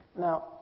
Now